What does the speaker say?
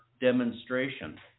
demonstration